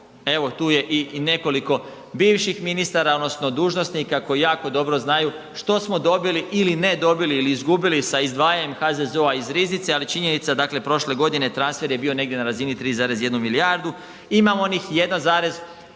evo tu je i nekoliko bivših ministara odnosno dužnosnika koji jako dobro znaju što smo dobili ili ne dobili ili izgubili sa izdvajanjem HZZO-a iz riznice, ali činjenica dakle, prošle godine transfer je bio negdje na razini 3,1 milijardu. Ima onih,